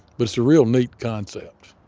but it's a real neat concept